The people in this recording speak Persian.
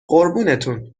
قربونتون